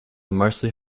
mostly